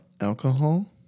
Alcohol